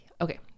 okay